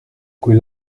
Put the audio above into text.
kui